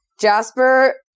Jasper